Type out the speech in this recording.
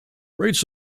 rates